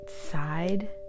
side